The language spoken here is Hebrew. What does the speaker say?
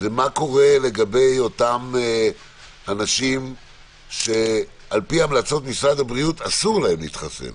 מה קורה לגבי אותם אנשים שעל פי המלצות משרד הבריאות אסור להם להתחסן.